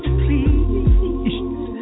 please